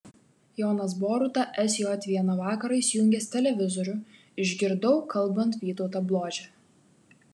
jonas boruta sj vieną vakarą įsijungęs televizorių išgirdau kalbant vytautą bložę